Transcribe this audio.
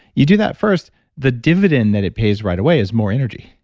you do that first the dividend that it pays right away is more energy.